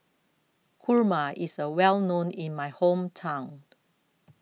Kurma IS A Well known in My Hometown